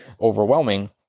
overwhelming